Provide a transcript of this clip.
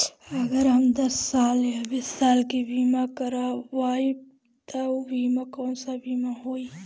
अगर हम दस साल या बिस साल के बिमा करबइम त ऊ बिमा कौन सा बिमा होई?